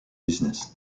business